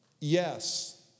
yes